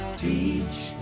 Teach